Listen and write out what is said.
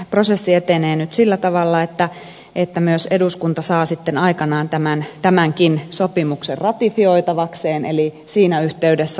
prosessi etenee nyt sillä tavalla että myös eduskunta saa sitten aikanaan tämänkin sopimuksen ratifioitavakseen eli siinä yhteydessä